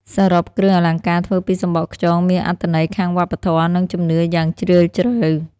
សរុប គ្រឿងអលង្ការធ្វើពីសំបកខ្យងមានអត្ថន័យខាងវប្បធម៌ និងជំនឿយ៉ាងជ្រាលជ្រៅ។